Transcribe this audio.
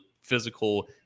physical